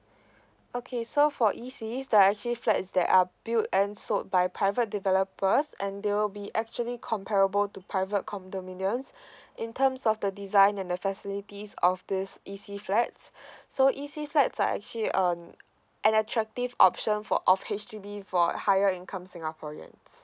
okay so for E C they are actually flats that are built and sold by private developers and they will be actually comparable to private condominiums in terms of the design and the facilities of this E C flats so E C flats are actually um an attractive option for off H_D_B for higher income singaporeans